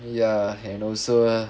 ya and also